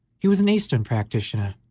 he was an eastern practitioner,